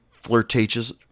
flirtatious